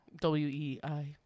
W-E-I